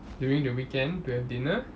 during the weekend to have dinner